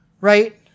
right